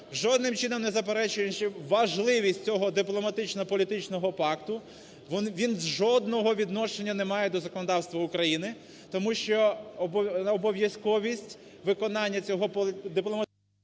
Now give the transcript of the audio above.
жодним чином не заперечуючи важливість цього дипломатично-політичного пакту, він жодного відношення не має до законодавства України, тому що необов'язковість виконання цього дипломатичного…